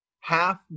half